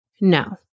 No